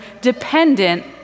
dependent